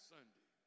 Sunday